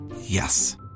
Yes